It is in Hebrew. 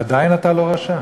עדיין אתה לא רשע.